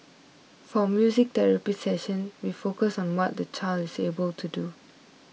for music therapy session we focus on what the child is able to do